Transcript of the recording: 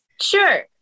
Sure